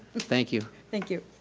thank you. thank you.